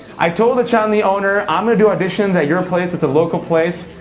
i told the chandni owner i'm going to do additions at your place. it's a local place.